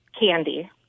Candy